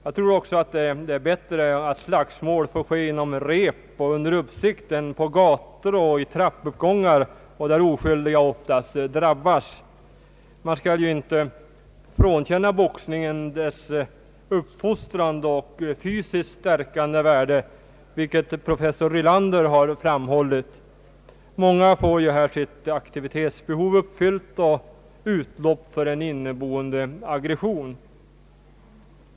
Jag tror att det är bättre att slagsmål får ske inom rep och under uppsikt än på gator och i trappuppgångar, där oskyldiga oftast drabbas. Man skall inte frånkänna boxningen dess uppfostrande och fysiskt stärkande värde, vilket professor Rylander har framhållit. Många får genom denna sport sitt aktivitetsbehov uppfyllt och utlopp för en inneboende aggression.